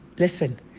Listen